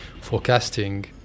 forecasting